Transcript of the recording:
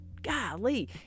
Golly